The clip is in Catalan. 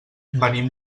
venim